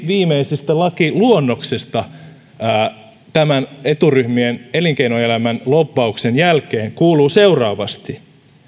viimeisestä lakiluonnoksesta eturyhmien elinkeinoelämän lobbauksen jälkeen kuuluu seuraavasti